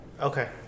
Okay